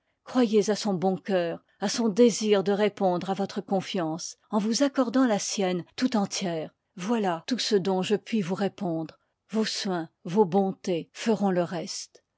croyez à son bon cœur à son désir de répondre à votre confiance en vous accordant la sienne tout entière voilà tout ce dont je ip pabt puis vous répondre vos soins vos liv i bontés feront le reste